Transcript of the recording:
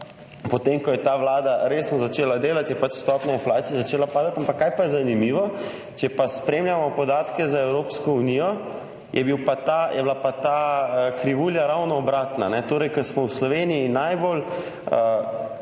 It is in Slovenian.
potem ko je ta vlada začela resno delati, stopnja inflacije začela padati. Ampak kar je zanimivo, če spremljamo podatke za Evropsko unijo, je bila pa ta krivulja ravno obratna. Torej ko smo v Sloveniji najbolj